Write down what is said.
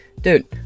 dude